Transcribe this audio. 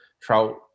trout